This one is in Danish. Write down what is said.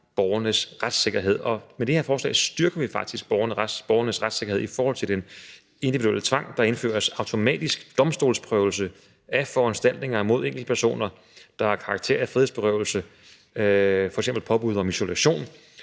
borgernes retssikkerhed. Med det her forslag styrker vi faktisk borgernes retssikkerhed i forhold til den individuelle tvang. Der indføres automatisk domstolsprøvelse af foranstaltninger mod enkeltpersoner, der har karakter af frihedsberøvelse, f.eks. påbud om isolation.